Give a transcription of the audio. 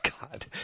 God